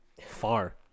far